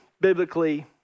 biblically